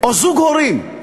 או זוג הורים,